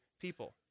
people